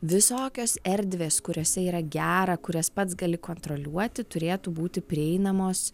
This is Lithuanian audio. visokios erdvės kuriose yra gera kurias pats gali kontroliuoti turėtų būti prieinamos